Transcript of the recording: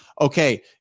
okay